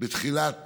בתחילת